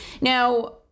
Now